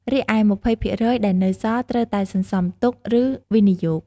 រីឯ ២០% ដែលនៅសល់ ត្រូវតែសន្សំទុក ឬវិនិយោគ។